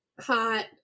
hot